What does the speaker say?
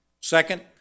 Second